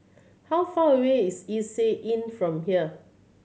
how far away is Istay Inn from here